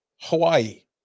Hawaii